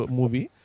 movie